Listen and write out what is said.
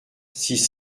six